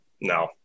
No